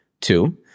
two